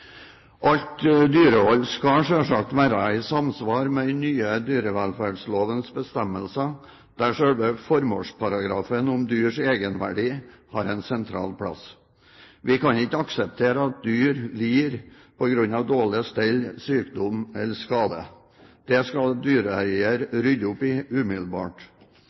Alt dyrehold skal selvsagt være i samsvar med den nye dyrevelferdslovens bestemmelser, der selve formålsparagrafen om dyrs egenverdi har en sentral plass. Vi kan ikke akseptere at dyr lider på grunn av dårlig stell, sykdom eller skade. Det skal dyreeier rydde opp i umiddelbart.